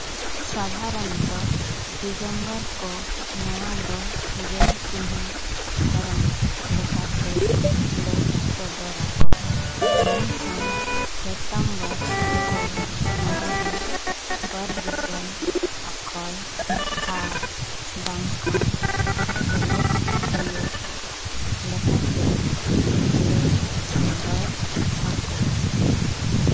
ᱥᱟᱫᱷᱟᱨᱚᱱᱚᱛᱚ ᱫᱤᱜᱚᱢᱵᱚᱨ ᱠᱚ ᱱᱚᱣᱟ ᱫᱚ ᱜᱮᱞ ᱪᱤᱱᱦᱟᱹ ᱫᱷᱚᱨᱚᱢ ᱞᱮᱠᱟᱛᱮ ᱞᱟᱹᱭ ᱥᱚᱫᱚᱨᱟᱠᱚ ᱢᱮᱱᱠᱷᱟᱱ ᱥᱤᱛᱟᱹᱢᱵᱚᱨ ᱠᱚ ᱱᱚᱣᱟᱫᱚ ᱵᱟᱨ ᱡᱩᱥᱟᱱ ᱚᱠᱠᱷᱚᱭ ᱟᱨ ᱵᱟᱝᱠᱷᱟᱱ ᱥᱮᱞᱮᱫ ᱦᱩᱭᱩᱜ ᱞᱮᱠᱟᱛᱮᱧ ᱞᱟᱹᱭ ᱥᱚᱫᱚᱨ ᱟᱠᱚ